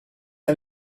een